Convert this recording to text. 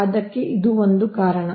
ಇದೂ ಒಂದು ಕಾರಣ